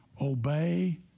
obey